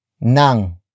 Nang